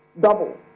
double